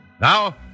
Now